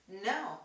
No